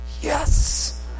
Yes